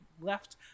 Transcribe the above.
left